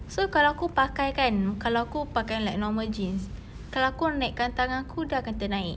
so kalau aku pakai kan kalau aku pakai like normal jeans kalau aku naikkan tangan aku dia akan ternaik